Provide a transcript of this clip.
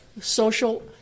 social